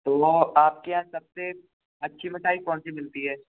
तो आपके यहाँ सब से अच्छी मिठाई कौन सी मिलती है